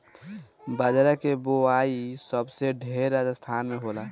बजरा के बोआई सबसे ढेर राजस्थान में होला